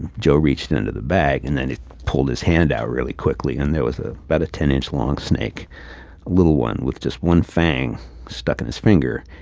joe reached into the bag and then it pulled his hand out really quickly, and there was ah about a ten inch long snake little one with just one fang stuck in his finger,